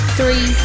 three